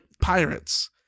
pirates